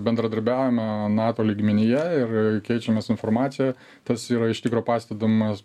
bendradarbiaujame nato lygmenyje ir keičiamės informacija tas yra iš tikro pastebimas